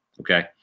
Okay